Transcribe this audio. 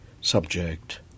subject